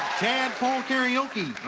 tadpole karaoke.